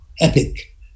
epic